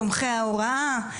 תומכי ההוראה,